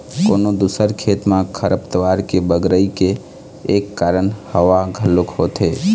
कोनो दूसर खेत म खरपतवार के बगरई के एक कारन हवा घलोक होथे